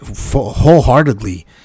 wholeheartedly